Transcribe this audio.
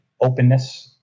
openness